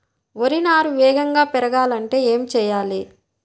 వరి నారు వేగంగా పెరగాలంటే ఏమి చెయ్యాలి?